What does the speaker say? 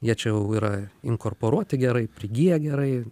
jie čia jau yra inkorporuoti gerai prigiję gerai